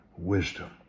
Wisdom